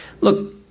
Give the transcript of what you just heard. look